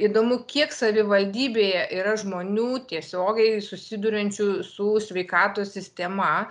įdomu kiek savivaldybėje yra žmonių tiesiogiai susiduriančių su sveikatos sistema